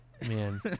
man